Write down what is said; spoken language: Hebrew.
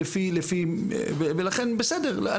ולכן בסדר,